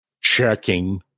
checking